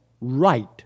right